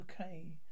okay